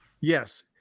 yes